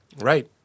Right